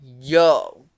Yo